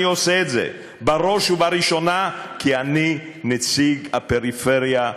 אני עושה את זה בראש ובראשונה כי אני נציג הפריפריה,